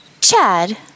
Chad